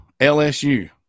LSU